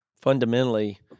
fundamentally